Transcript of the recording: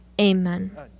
amen